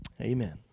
Amen